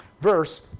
verse